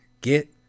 Get